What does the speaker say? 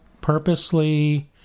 purposely